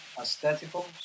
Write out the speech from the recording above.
aesthetical